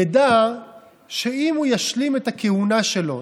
ידע שאם הוא ישלים את הכהונה שלו,